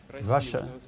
Russia